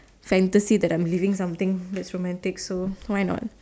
fantasy that I am living something dramatic so why not